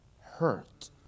hurt